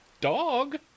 dog